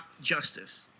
justice